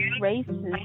races